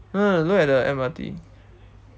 no no look at the M_R_T